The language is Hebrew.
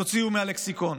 תוציאו מהלקסיקון.